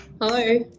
Hello